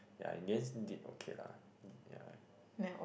yeah in the end did okay lah yeah